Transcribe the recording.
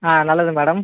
ஆ நல்லது மேடம்